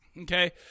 Okay